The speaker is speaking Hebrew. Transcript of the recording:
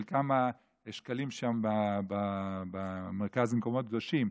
מה שקלים שם במרכז למקומות קדושים.